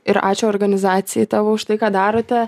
ir ačiū organizacijai tavo už tai ką darote